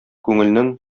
күңелнең